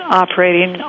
operating